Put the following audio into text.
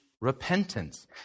repentance